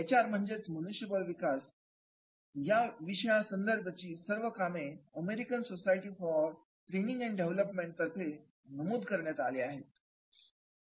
H R म्हणजेच मनुष्यबळ विकास या विषया संबंधीची सर्व कामे American society for training and development तर्फे नमूद करण्यात आली आहेत